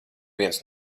viens